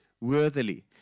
worthily